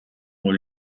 ont